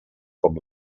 com